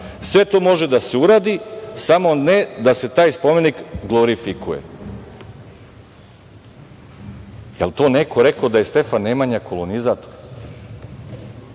Sve to može da se uradi, samo ne da se taj spomenik glorifikuje. Da li je to neko rekao da je Stefan Nemanja kolonizator?